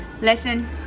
Listen